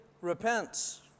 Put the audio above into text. repents